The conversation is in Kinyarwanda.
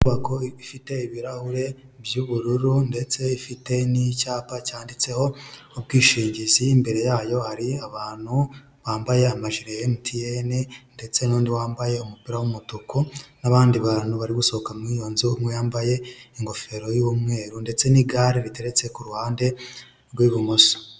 Inyubako ifite ibirahure by'ubururu ndetse ifite n'icyapa cyanditseho ubwishingizi, imbere yayo hari abantu bambaye amajire ya emutiyene ndetse n'undi wambaye umupira w'umutuku n'abandi bantu bari gusohoka muri iyo nzu, umwe yambaye ingofero y'umweru ndetse n'igare ritetse ku ruhande rw'ibumoso.